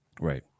Right